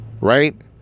Right